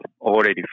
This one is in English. already